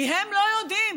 כי הם לא יודעים